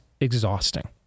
exhausting